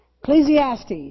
Ecclesiastes